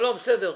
זה בסדר.